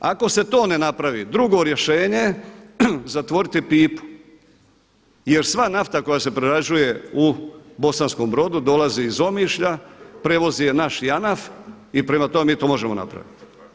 Ako se to ne napravi, drugo rješenje, zatvoriti pipu jer sva nafta koja se prerađuje u Bosankom Brodu dolazi iz Omišlja, prevozi je naš JANAF i prema tome mi to možemo napraviti.